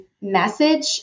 message